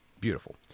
Beautiful